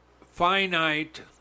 finite